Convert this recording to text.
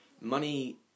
money